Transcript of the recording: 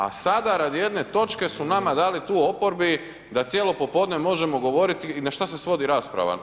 A sada radi jedne točke su nama dali tu u oporbi da cijelo popodne možemo govoriti i na što se svodi rasprava?